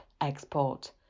export